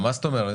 מה זאת אומרת?